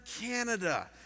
Canada